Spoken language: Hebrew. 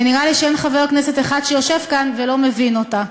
ונראה לי שאין חבר כנסת אחד שיושב כאן ולא מבין אותה: